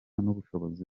n’ubushobozi